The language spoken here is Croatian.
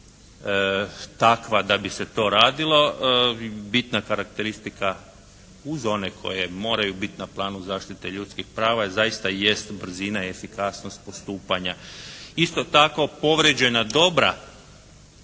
nije takva da bi se to radilo. Bitna karakteristika uz one koje moraju biti na planu zaštite ljudskih prava zaista jesu brzina, efikasnost postupanja. Isto tako povređena dobra